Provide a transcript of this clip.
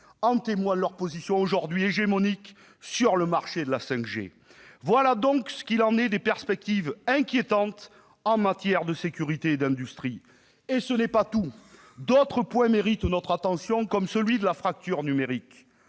en témoigne leur position aujourd'hui hégémonique sur le marché de la 5G. Voilà ce qu'il en est des perspectives inquiétantes en matière de sécurité et d'industrie. Mais ce n'est pas tout ; d'autres points méritent notre attention, comme celui de la fracture numérique.